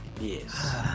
yes